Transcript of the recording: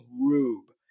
rube